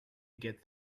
get